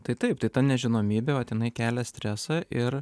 tai taip tai ta nežinomybė vat jinai kelia stresą ir